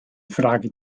frage